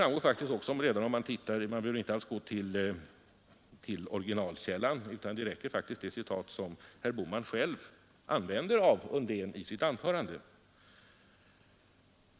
Man behöver inte alls gå till originalkällan utan det räcker faktiskt med de citat som herr Bohman själv använde från herr Undéns anförande.